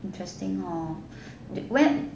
interesting hor when